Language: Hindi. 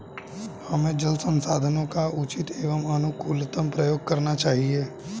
हमें जल संसाधनों का उचित एवं अनुकूलतम प्रयोग करना चाहिए